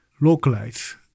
localize